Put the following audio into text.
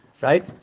right